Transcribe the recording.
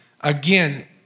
Again